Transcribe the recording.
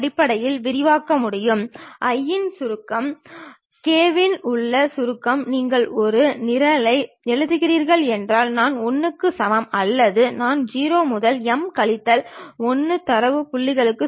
அதன் பிறகு கிடைமட்ட தளத்தை கீழ்நோக்கி 90 டிகிரி சுற்றி அதை செங்குத்து தளமாக மாற்றி அந்த பொருளின் மேற்புற தோற்றத்தை கிடைமட்ட தளத்தில் நாம் பெறலாம்